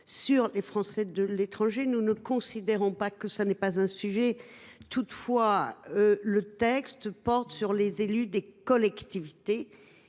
sur les Français de l’étranger. Nous ne considérons pas que ce n’est pas un sujet. Toutefois, le texte porte sur les élus des collectivités,